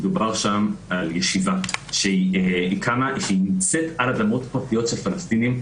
מדובר שם על ישיבה שהיא נמצאת על אדמות פרטיות של פלסטינים,